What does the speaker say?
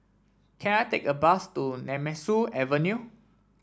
can I take a bus to Nemesu Avenue